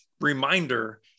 reminder